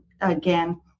again